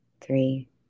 three